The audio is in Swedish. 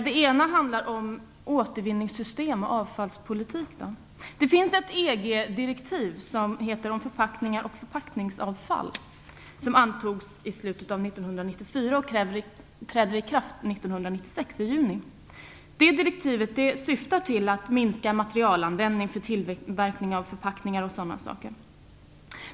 Det ena handlar om återvinningssystem och avfallspolitik. Det finns ett EG-direktiv om förpackningar och förpackningsavfall som antogs i slutet av 1994 och som träder i kraft i juni 1996. Det direktivet syftar till att minska materialanvändning vid tillverkning av förpackningar.